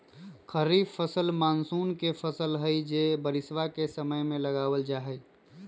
खरीफ फसल मॉनसून के फसल हई जो बारिशवा के समय में लगावल जाहई